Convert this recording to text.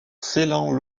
ceylan